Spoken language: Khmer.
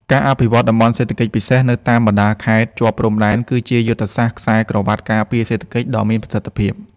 ការអភិវឌ្ឍ តំបន់សេដ្ឋកិច្ចពិសេស នៅតាមបណ្ដាខេត្តជាប់ព្រំដែន គឺជាយុទ្ធសាស្ត្រ "ខ្សែក្រវាត់ការពារសេដ្ឋកិច្ច" ដ៏មានប្រសិទ្ធភាព។